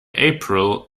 april